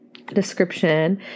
Description